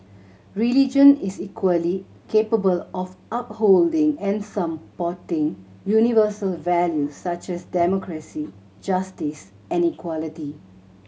religion is equally capable of upholding and supporting universal values such as democracy justice and equality